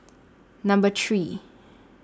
Number three